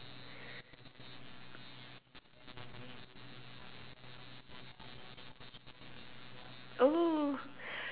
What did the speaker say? oh